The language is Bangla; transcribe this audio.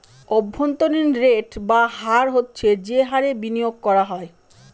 অভ্যন্তরীন রেট বা হার হচ্ছে যে হারে বিনিয়োগ করা হয়